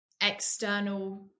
external